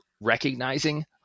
recognizing